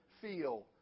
feel